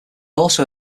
also